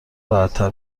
راحتتر